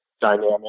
dynamic